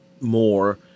more